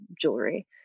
jewelry